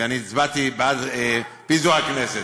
ואני הצבעתי בעד פיזור הכנסת,